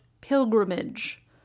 pilgrimage